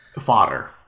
Fodder